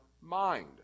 mind